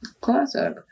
Classic